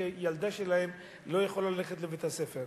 כי הילדה שלהם לא יכולה ללכת לבית-הספר.